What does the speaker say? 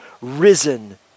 risen